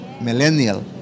millennial